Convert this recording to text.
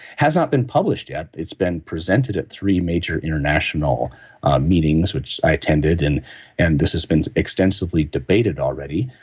has not been published yet. it's been presented at three major international meetings, which i attended. and and this has been extensively debated already,